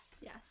yes